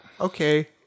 Okay